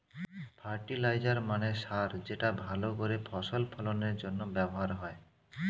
fertiliser মানে সার যেটা ভালো করে ফসল ফলনের জন্য ব্যবহার হয়